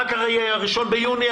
אחר כך 1 ביוני,